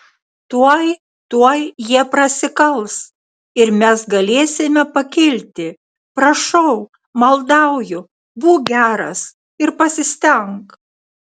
tuoj tuoj jie prasikals ir mes galėsime pakilti prašau maldauju būk geras ir pasistenk